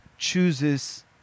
chooses